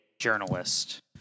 journalist